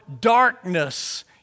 darkness